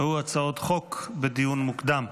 והוא הצעות חוק בדיון מוקדם.